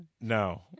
No